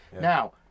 Now